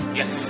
yes